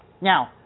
Now